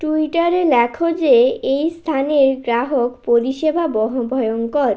টুইটারে লেখ যে এই স্থানের গ্রাহক পরিষেবা বহ ভয়ঙ্কর